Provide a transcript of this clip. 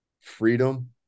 freedom